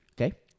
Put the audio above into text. Okay